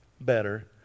better